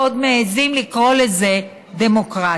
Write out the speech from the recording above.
ועוד מעיזים לקרוא לזה דמוקרטיה.